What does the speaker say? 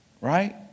right